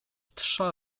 trza